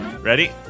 Ready